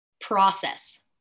process